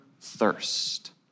thirst